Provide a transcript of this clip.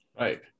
right